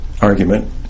argument